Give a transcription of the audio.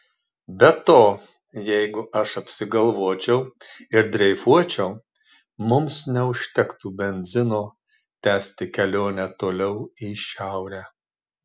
be to jeigu aš apsigalvočiau ir dreifuočiau mums neužtektų benzino tęsti kelionę toliau į šiaurę